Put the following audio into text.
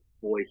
voice